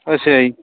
ਅੱਛਾ ਜੀ